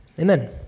Amen